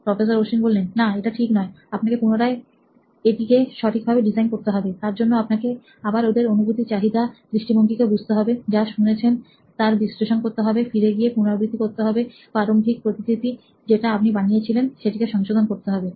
professor Ashwin না এটা ঠিক নয় আপনাকে পুনরায় এটি কে সঠিকভাবে ডিজাইন করতে হবে তার জন্য আপনাকে আবার ওদের অনুভূতি চাহিদা দৃষ্টিভঙ্গিকে বুঝতে হবে যা শুনেছেন তার বিশ্লেষণ করতে হবে ফিরে গিয়ে পুনরাবৃত্তি করতে হবে প্রারম্ভিক প্রতিকৃতি যেটা আপনি বানিয়েছিলেন সেটিকে সংশোধন করতে হবে